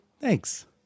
thanks